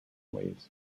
leaves